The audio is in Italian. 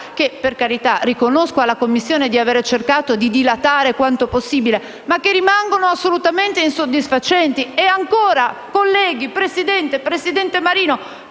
che - per carità, riconosco alla Commissione di aver cercato di dilatare quanto possibile - ma che rimangono assolutamente insoddisfacenti. Colleghi, Presidente, presidente Marino,